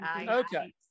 Okay